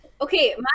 okay